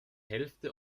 hälfte